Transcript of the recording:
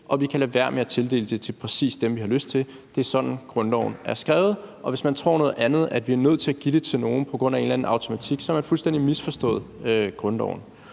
og vi kan lade være med at tildele det til præcis dem, vi har lyst til. Det er sådan, grundloven er skrevet, og hvis man tror noget andet, i forhold til at vi er nødt til at give det til nogen på grund af en eller anden automatik, så har man fuldstændig misforstået grundloven.